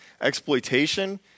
exploitation